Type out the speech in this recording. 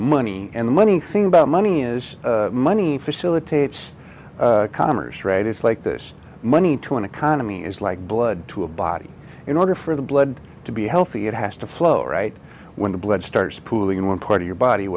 money and money think about money is money facilitates commerce right it's like this money to an economy is like blood to a body in order for the blood to be healthy it has to flow right when the blood starts pooling in one part of your body